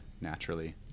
naturally